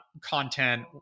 content